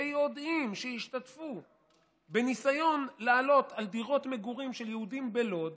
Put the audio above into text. שיודעים שהשתתפו בניסיון לעלות על דירות מגורים של יהודים בלוד,